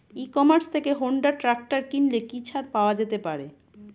ই commerce থেকে Honda tractor কিনলে কি ছাড় পাওয়া যেতে পারে?